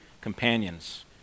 companions